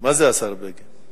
מה זה השר בגין?